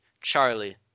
Charlie